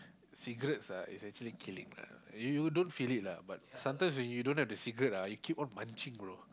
cigarettes ah is actually killing lah you you don't feel it lah but sometimes when you don't have the cigarette ah you keep on munching bro